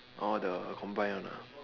orh the combined one ah